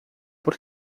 por